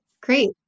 Great